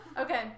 Okay